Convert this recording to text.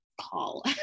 call